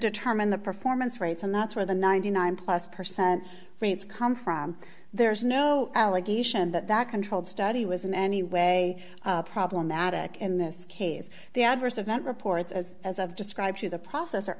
determine the performance rates and that's where the ninety nine plus percent rates come from there is no allegation that controlled study was in any way problematic in this case the adverse event reports as as i've described through the process